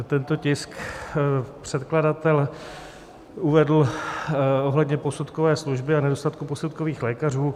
Tento tisk předkladatel uvedl ohledně posudkové služby a nedostatku posudkových lékařů.